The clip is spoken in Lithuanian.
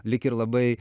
lyg ir labai